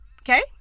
okay